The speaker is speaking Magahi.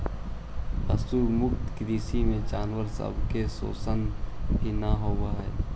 पशु मुक्त कृषि में जानवर सब के शोषण भी न होब हई